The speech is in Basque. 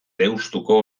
deustuko